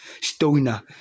Stoner